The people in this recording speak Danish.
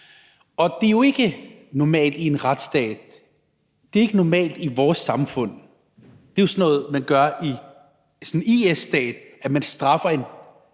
og det er jo ikke normalt i en retsstat, det er ikke normalt i vores samfund. Det er jo sådan noget, man gør i sådan en IS-stat: Man straffer en